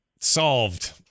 solved